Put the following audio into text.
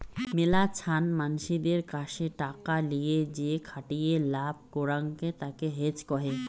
মেলাছান মানসিদের কাসে টাকা লিয়ে যেখাটিয়ে লাভ করাঙকে তাকে হেজ কহে